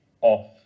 off